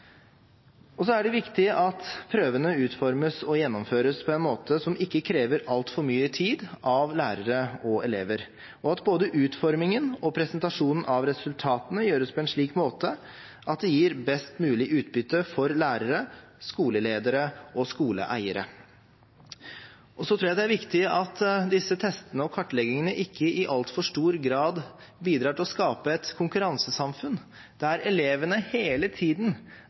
kommunenivå. Så er det viktig at prøvene utformes og gjennomføres på en måte som ikke krever altfor mye tid av lærere og elever, og at både utformingen og presentasjonen av resultatene gjøres på en slik måte at det gir best mulig utbytte for lærere, skoleledere og skoleeiere. Så tror jeg det er viktig at disse testene og kartleggingene ikke i altfor stor grad bidrar til å skape et konkurransesamfunn, der elevene hele tiden